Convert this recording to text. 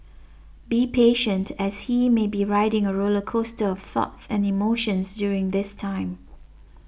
be patient as he may be riding a roller coaster of thoughts and emotions during this time